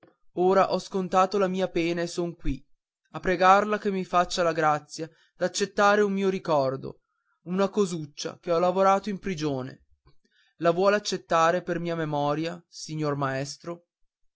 ora ho scontato la mia pena e son qui a pregarla che mi faccia la grazia d'accettare un mio ricordo una cosuccia che ho lavorato in prigione la vuol accettare per mia memoria signor maestro